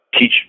teach